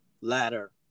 ladder